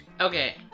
Okay